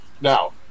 Now